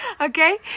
Okay